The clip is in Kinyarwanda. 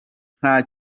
nta